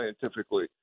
scientifically